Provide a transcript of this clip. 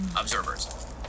observers